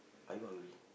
are you hungry